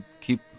keep